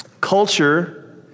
Culture